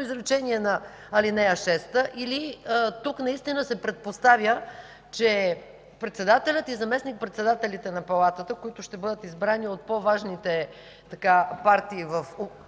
изречение на ал. 6 е недомислено или тук наистина се предпоставя, че председателят и заместник-председателите на Палатата, които ще бъдат избрани от по-важните партии в